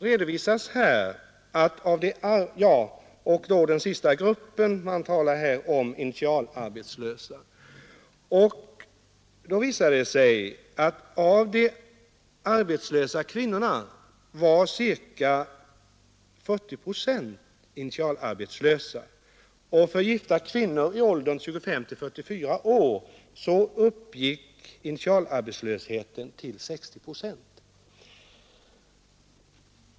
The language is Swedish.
De som tillhör den sistnämnda gruppen kallar man initialarbetslösa. Det visar sig att av de arbetslösa kvinnorna var ca 40 procent initialarbetslösa. För gifta kvinnor i åldern 25—44 år uppgick siffran för initialarbetslösa till 60 procent.